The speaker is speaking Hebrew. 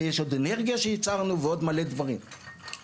ויש עוד אנרגיה שייצרנו ויש עוד מלא דברים ולפיכך